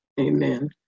Amen